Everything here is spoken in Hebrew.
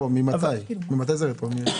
אבל ממתי זה רטרואקטיבי?